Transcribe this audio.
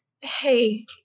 Hey